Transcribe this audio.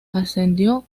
ascendió